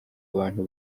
abantu